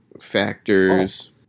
factors